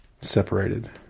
separated